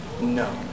No